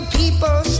people